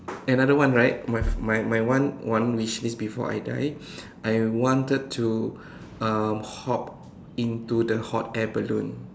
another one right my my one one wish before I die I wanted to um hop into the hot air balloon